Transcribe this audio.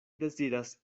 deziras